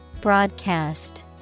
Broadcast